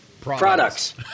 products